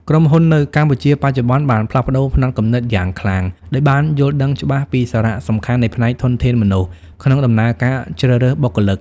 ក្រុមហ៊ុននៅកម្ពុជាបច្ចុប្បន្នបានផ្លាស់ប្តូរផ្នត់គំនិតយ៉ាងខ្លាំង ដោយបានយល់ដឹងច្បាស់ពីសារៈសំខាន់នៃផ្នែកធនធានមនុស្ស ក្នុងដំណើរការជ្រើសរើសបុគ្គលិក។